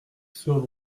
sur